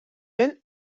vent